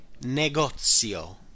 Negozio